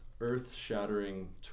earth-shattering